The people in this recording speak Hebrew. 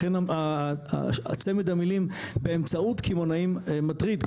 לכן צמד המילים באמצעות קמעונאים מטריד,